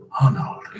Arnold